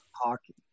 hockey